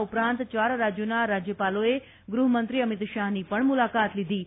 આ ઉપરાંત ચાર રાજ્યોના રાજયપાલોએ ગૃહમંત્રી અમીત શાહની પજ્ઞ મુલાકાત લીધી હતી